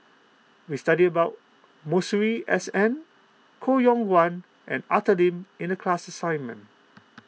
we studied about Masuri S N Koh Yong Guan and Arthur Lim in the class assignment